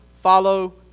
follow